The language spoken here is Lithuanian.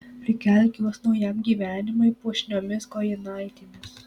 prikelk juos naujam gyvenimui puošniomis kojinaitėmis